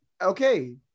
Okay